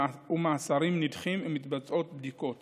מאסרים נדחים ומתבצעות בדיקות